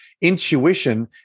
Intuition